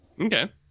Okay